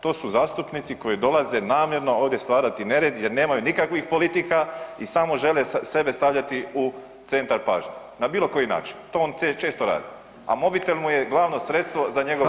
To su zastupnici koji dolaze namjerno ovdje stvarati nered jer nemaju nikakvih politika i samo žele sebe stavljati u centar pažnje na bilo koji način, to on često radi, a mobitel mu je glavno sredstvo za njegov rad.